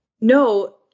No